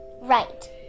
Right